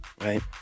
Right